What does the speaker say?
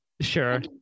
Sure